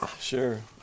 sure